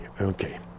okay